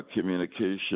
communication